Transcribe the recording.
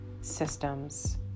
systems